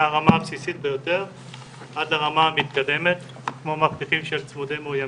מהרמה הבסיסית ביותר עד לרמה המתקדמת כמו מאבטחים שהם צמודי מאוימים.